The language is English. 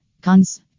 Cons